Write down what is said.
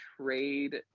trade